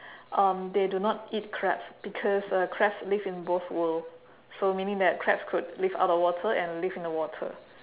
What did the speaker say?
um they do not eat crabs because uh crabs live in both world so meaning that crabs could live out of water and live in the water